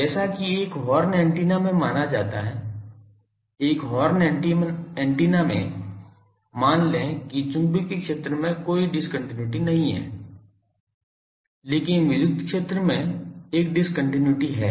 जैसा कि एक हॉर्न एंटीना में माना जाता है एक हॉर्न एंटीना में मान लें कि चुंबकीय क्षेत्र में कोई डिस्कन्टिन्यूइटी नहीं है लेकिन विद्युत क्षेत्र में एक डिस्कन्टिन्यूइटी है